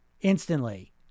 Instantly